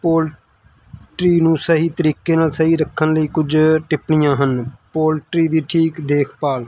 poultry ਨੂੰ ਸਹੀ ਤਰੀਕੇ ਨਾਲ ਸਹੀ ਰੱਖਣ ਲਈ ਕੁਝ ਟਿੱਪਣੀਆਂ ਹਨ ਪੋਲਟਰੀ ਦੀ ਠੀਕ ਦੇਖਭਾਲ